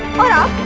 but